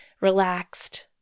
relaxed